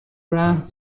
رهن